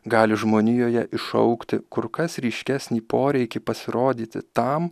gali žmonijoje iššaukti kur kas ryškesnį poreikį pasirodyti tam